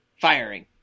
firing